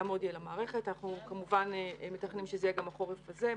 אנחנו כמובן מתכננים שזה יהיה גם בחורף הזה.